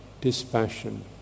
dispassion